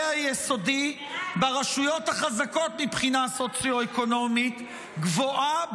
היסודי ברשויות החזקות מבחינה סוציו-אקונומית גבוהה